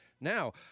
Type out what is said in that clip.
Now